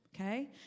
okay